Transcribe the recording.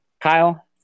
Kyle